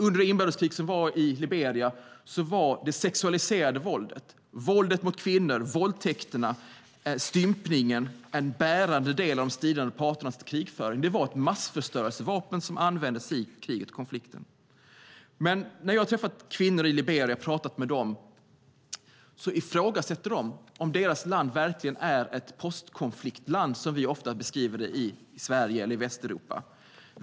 Under inbördeskriget i Liberia var det sexualiserade våldet, våldet mot kvinnor, våldtäkterna och stympningen en bärande del av de stridande parternas krigföring. Det var ett massförstörelsevapen som användes i kriget och konflikten. När jag har träffat kvinnor i Liberia och pratat med dem ifrågasätter de om deras land verkligen är ett postkonfliktland som vi ofta beskriver det som i Västeuropa.